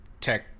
tech